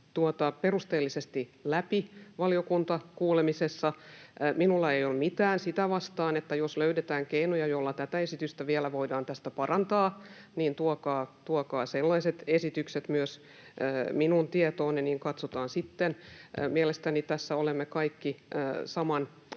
perusteellisesti läpi valiokuntakuulemisessa. Minulla ei ole mitään sitä vastaan, että jos löydetään keinoja, jolla tätä esitystä vielä voidaan tästä parantaa, niin tuokaa sellaiset esitykset myös minun tietooni, niin katsotaan sitten. Mielestäni tässä olemme kaikki saman